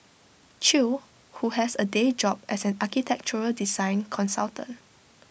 chew who has A day job as an architectural design consultant